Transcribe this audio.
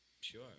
Sure